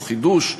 או חידוש,